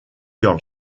girl